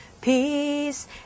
peace